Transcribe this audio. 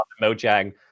Mojang